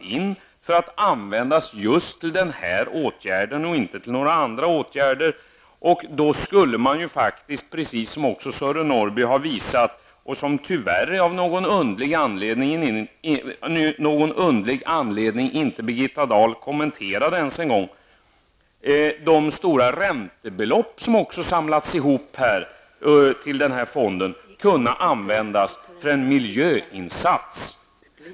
Dessa pengar skall användas just till den här åtgärden och inte till någon annan. Då skulle faktiskt -- precis som Sören Norrby har visat på, men av någon underlig anledning har Birgitta Dahl, tyvärr, inte ens kommenterat den saken -- de stora räntebelopp som det egentligen rör sig om när det gäller den här fonden kunna användas till en miljöinsats.